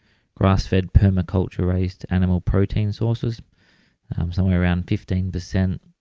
grass-fed permaculture raised animal protein sources somewhere around fifteen percent,